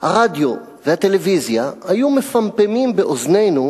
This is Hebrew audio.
הרדיו והטלוויזיה היו מפמפמים באוזנינו